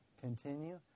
Continue